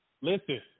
listen